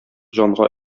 җанга